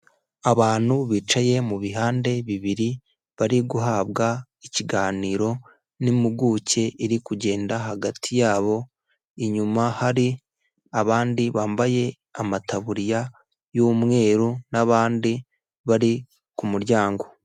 Abantu bicaye mu bihande bibiri, bari guhabwa ikiganiro n'impuguke, iri kugenda hagati yabo, inyuma hari abandi bambaye amataburiya y'umweru n'abandi bari ku muryango.